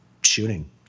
shooting